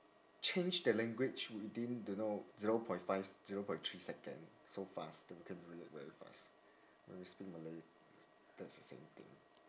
change the language within don't know zero point five zero point three second so fast that we can do it very fast when we speak malay that's that's the same thing